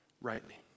rightly